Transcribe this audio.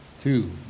Two